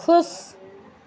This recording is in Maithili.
खुश